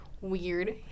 weird